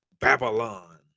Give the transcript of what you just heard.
Babylon